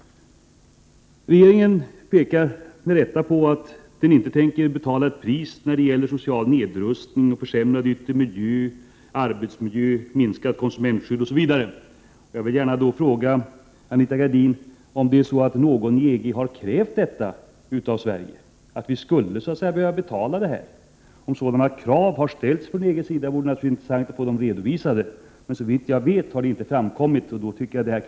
Regeringen framhåller med rätta att den inte tänker betala ett pris i form av social nedrustning, försämrad yttre miljö, försämrad arbetsmiljö, minskat konsumentskydd osv. Jag måste fråga Anita Gradin om EG har krävt av Sverige att vi skulle betala ett sådant pris. Om sådana krav har rests från EG:s sida vore det naturligtvis intressant att få dem redovisade. Såvitt jag vet har några krav av det här slaget inte framställts.